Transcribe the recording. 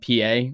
pa